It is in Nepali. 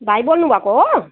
भाइ बोल्नु भएको हो